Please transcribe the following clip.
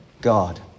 God